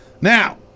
Now